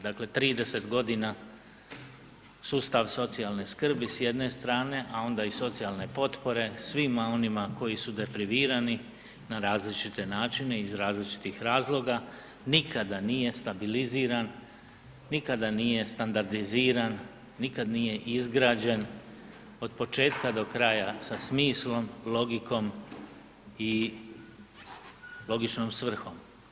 Dakle, 30.g. sustav socijalne skrbi s jedne strane, a onda i socijalne potpore svima onima koji su deprivirani na različite načine i iz različitih razloga nikada nije stabiliziran, nikada nije standardiziran, nikad nije izgrađen od početka do kraja sa smislom, logikom i logičnom svrhom.